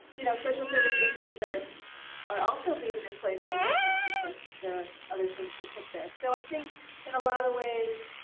you know social service agencies are are also being displaced from midtown because there are other things to put there. so i think in a lot of ways,